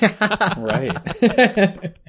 Right